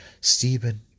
Stephen